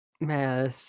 man